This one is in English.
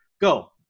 go